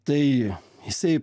tai jisai